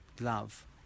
love